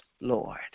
Lord